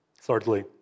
Thirdly